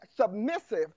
submissive